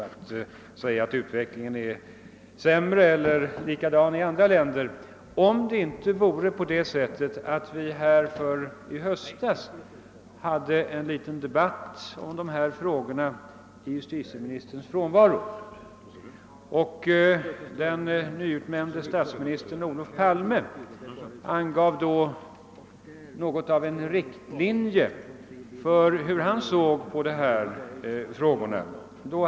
Man brukar säga att utvecklingen är likadan eller sämre i andra länder. Jag skulle inte fäst mig vid det, om vi inte i höstas hade fört en liten debatt om dessa frågor i denna kammare i justitieministerns frånvaro. Den nyutnämnde statsministern Olof Palme angav då något av en riktlinje för hur han såg på rättsfrågorna.